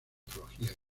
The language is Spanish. mitología